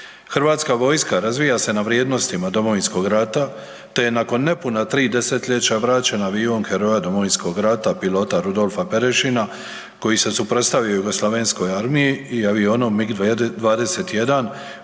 Hrvatska vojska razvija se na vrijednostima Domovinskog rata te je nakon nepuna 3 desetljeća vraćen avion heroja Domovinskog rata heroja Rudolfa Perešina koji se suprotstavio JNA-a i avionom MIG21